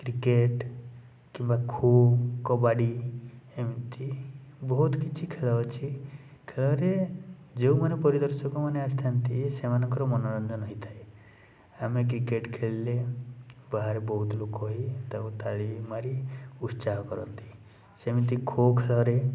cricket କିମ୍ବା ଖୋଖୋ କବାଡ଼ି ଏମତି ବହୁତ କିଛି ଖେଳ ଅଛି ଖେଳରେ ଯେଉଁମାନେ ପରିଦର୍ଶକମାନେ ଆସିଥାନ୍ତି ସେମାନଙ୍କର ମନୋରଞ୍ଜନ ହେଇଥାଏ ଆମେ କ୍ରିକେଟ୍ ଖେଳିଲେ ବାହାରେ ବହୁତ ଲୋକ ହେଇ ତାକୁ ତାଳି ମାରି ଉତ୍ସାହ କରନ୍ତି ସେମିତି ଖୋଖୋ ଖେଳରେ